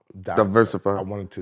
diversify